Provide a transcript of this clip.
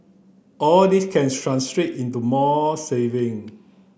all this can translate into more saving